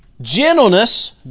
gentleness